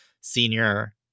senior